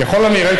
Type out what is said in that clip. ככל הנראה,